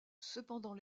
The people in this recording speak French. cependant